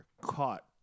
caught